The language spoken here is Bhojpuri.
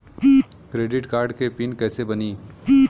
क्रेडिट कार्ड के पिन कैसे बनी?